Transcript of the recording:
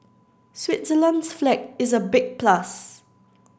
Switzerland's flag is a big plus